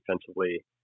defensively